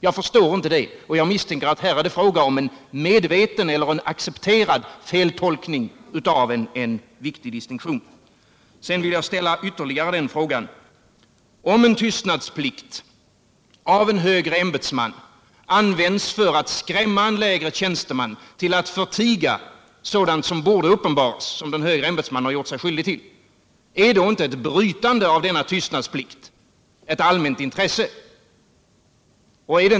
Jag förstår inte det, och jag misstänker att det här är fråga om en medveten eller accepterad feltolkning av en viktig distinktion. Jag vill ställa ytterligare en fråga. Om tystnadsplikt av en högre tjäns Nr 48 teman används för att skrämma en lägre tjänsteman att förtiga sådant som borde uppenbaras, sådant som den högre tjänstemannen har gjort sig skyldig till, är inte ett brytande av denna tystnadsplikt då ett allmänt intresse?